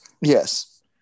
Yes